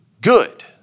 good